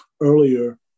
earlier